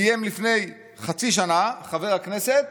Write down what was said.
איים לפני חצי שנה חבר הכנסת